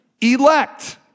elect